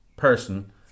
person